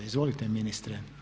Izvolite ministre.